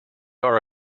are